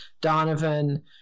Donovan